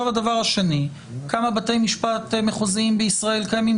דבר שני, כמה בתי משפט מחוזיים בישראל קיימים?